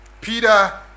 Peter